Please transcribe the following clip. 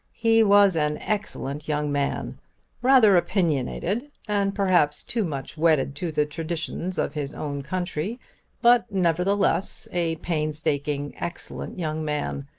he was an excellent young man rather opinionated and perhaps too much wedded to the traditions of his own country but, nevertheless, a painstaking, excellent young man.